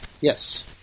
Yes